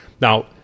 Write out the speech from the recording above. now